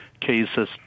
cases